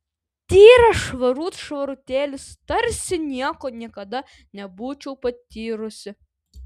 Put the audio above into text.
tyras švarut švarutėlis tarsi nieko niekada nebūčiau patyrusi